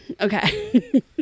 Okay